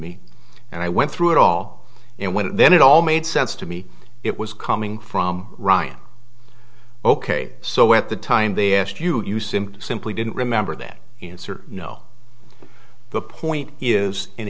me and i went through it all and went and then it all made sense to me it was coming from ryan ok so at the time they asked you to use him simply didn't remember that answer no the point is an